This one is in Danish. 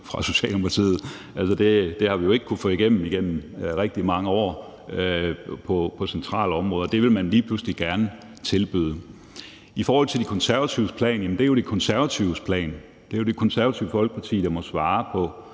og Socialdemokratiet. Det har vi jo igennem rigtig mange år ikke kunnet få igennem på centrale områder, og det vil man lige pludselig gerne tilbyde. I forhold til De Konservatives plan er det jo De Konservatives plan, og det er jo Det Konservative Folkeparti, der må svare på